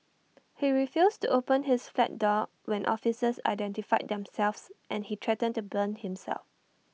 he refused to open his flat door when officers identified themselves and he threatened to burn himself